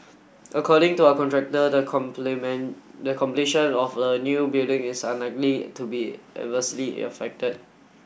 according to our contractor the the completion of the new building is unlikely to be adversely affected